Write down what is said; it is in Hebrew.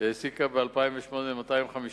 הקים במו ידיו חברה אשר העסיקה ב-2008 250 עובדים: